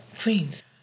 Queens